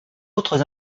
autres